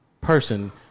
person